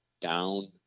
down